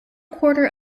quarter